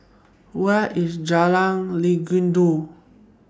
Where IS Jalan Legundi